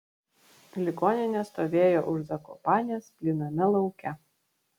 ligoninė stovėjo už zakopanės plyname lauke